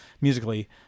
musically